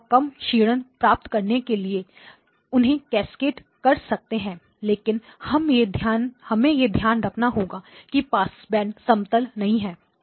आप कम क्षीणन प्राप्त करने के लिए उन्हें कैस्केड कर सकते हैं लेकिन हमें यह ध्यान रखना होगा कि पासबैंड समतल नहीं है